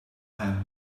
pan